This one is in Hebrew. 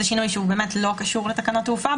אלה שינויים שלא קשורים לתקנות התעופה.